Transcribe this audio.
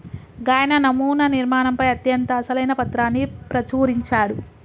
గాయన నమునా నిర్మాణంపై అత్యంత అసలైన పత్రాన్ని ప్రచురించాడు